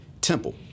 Temple